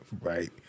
Right